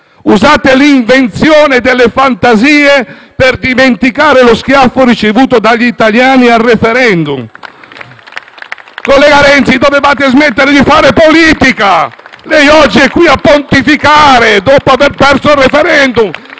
Usate le invenzioni e delle fantasie per dimenticare lo schiaffo ricevuto dagli italiani al *referendum*. Collega Renzi, dovevate smettere di fare politica, ma lei oggi è qui a pontificare, dopo aver perso il *referendum*,